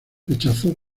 rechazó